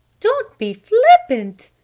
don't be flippant!